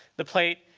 the plate,